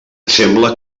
sembla